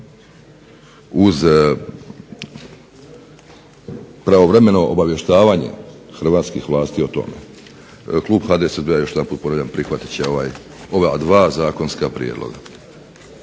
uz pravovremeno obavještavanje hrvatskih vlasti o tome. Klub HDSSB-a još jedanput ponavljam prihvatit će ova dva zakonska prijedloga.